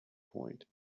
point